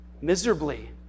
miserably